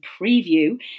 preview